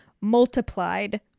multiplied